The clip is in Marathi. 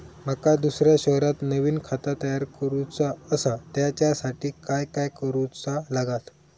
माका दुसऱ्या शहरात नवीन खाता तयार करूचा असा त्याच्यासाठी काय काय करू चा लागात?